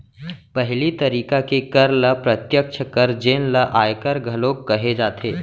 पहिली तरिका के कर ल प्रत्यक्छ कर जेन ल आयकर घलोक कहे जाथे